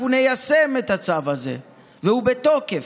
אנחנו ניישם את הצו הזה, והוא בתוקף.